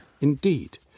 Indeed